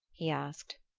he asked.